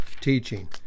teaching